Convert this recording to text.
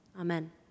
Amen